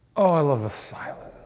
oh, i love the silence.